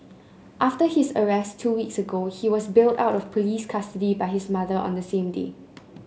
after his arrest two weeks ago he was bailed out of police custody by his mother on the same day